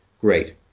great